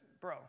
bro